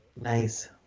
nice